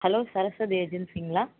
hello Saraswati ஏஜென்சிங்களா